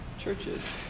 Churches